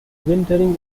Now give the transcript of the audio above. wintering